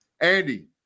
Andy